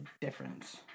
difference